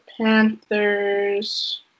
Panthers